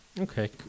Okay